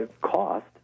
cost